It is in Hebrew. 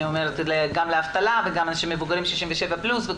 גם לאבטלה וגם לאנשים מבוגרים בגיל 67 פלוס.